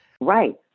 Right